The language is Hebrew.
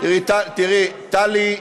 טלי,